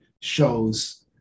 shows